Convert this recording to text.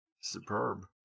superb